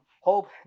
hope